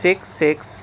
six six